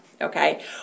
Okay